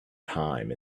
time